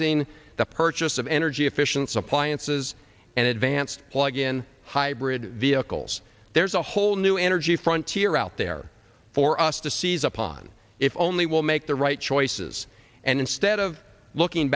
g the purchase of energy efficient appliances and advanced plug in hybrid vehicles there's a whole new energy front here out there for us to seize upon if only will make the right choices and instead of looking